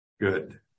Good